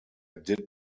did